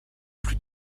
plus